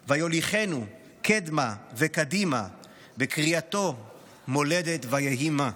/ ויוליכנו קדמה וקדימה / בקריאתו 'מולדת ויהי מה'.